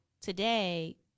today